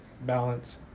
balance